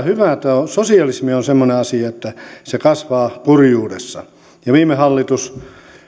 hyvä että sosialismi on semmoinen asia että se kasvaa kurjuudessa viime hallitus